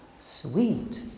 sweet